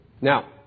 Now